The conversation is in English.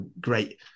great